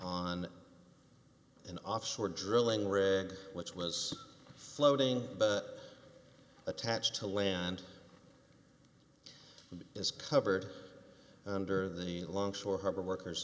on an offshore drilling rig which was floating but attached to land is covered under the long shore harbor worker's